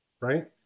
Right